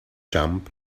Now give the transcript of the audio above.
jump